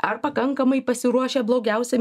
ar pakankamai pasiruošę blogiausiam